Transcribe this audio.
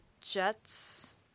Jets